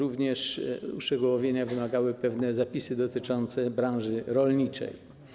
Uszczegółowienia wymagały również pewne zapisy dotyczące branży rolniczej.